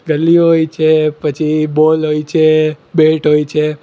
ગલી હોય છે પછી બોલ હોય છે બેટ હોય છે